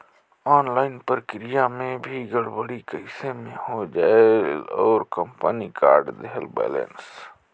Online प्रक्रिया मे भी गड़बड़ी कइसे मे हो जायेल और कंपनी काट देहेल बैलेंस?